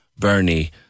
Bernie